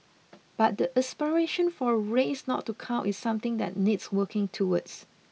but the aspiration for race not to count is something that needs working towards